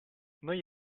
noi